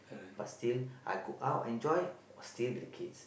but still I go out enjoy still with the kids